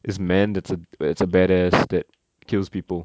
this man that's a that's a badass that kills people